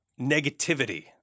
negativity